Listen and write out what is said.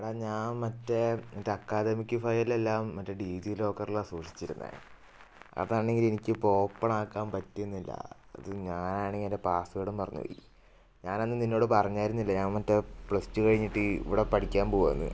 എടാ ഞാൻ മറ്റേ മറ്റേ അക്കാദമിക്ക് ഫയല് എല്ലാം മറ്റേ ഡീജിലോക്കറിലാ സൂക്ഷിച്ചിരുന്നത് അതാണെങ്കിൽ എനിക്കിപ്പോൾ ഓപ്പൺ ആക്കാൻ പറ്റുന്നില്ല അത് ഞാനാണെങ്കിൽ അതിൻ്റെ പാസ്വേഡും മറന്നുപോയി ഞാനന്ന് നിന്നോട് പറഞ്ഞായിരുന്നില്ലേ ഞാൻ മറ്റേ പ്ലസ് ടു കഴിഞ്ഞിട്ട് ഇവിടെ പഠിക്കാൻ പോവാണെന്ന്